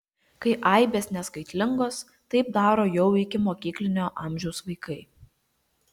kai aibės neskaitlingos taip daro jau ikimokyklinio amžiaus vaikai